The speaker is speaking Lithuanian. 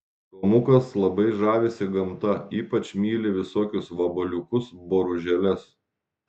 tomukas labai žavisi gamta ypač myli visokius vabaliukus boružėles